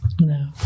No